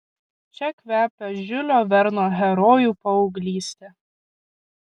čia kvepia žiulio verno herojų paauglyste